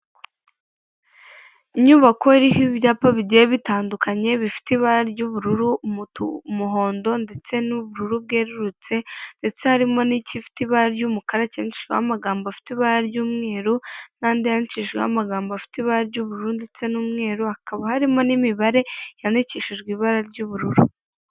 Inyubako iriho ibyapa bigiye bitandukanye bifite ibara ry'ubururu, umuhondo ndetse n'ubururu bwerurutse ndetse harimo n'igifite ibara ry'umukara cyandikishijweho amagambo afite ibara ry'umweru n'andi yandikishijweho amagambo afite ibara ry'ubururu ndetse n'umweru, hakaba harimo n'imibare yandikishijwe ibara ry'ubururu.